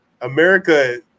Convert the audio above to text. America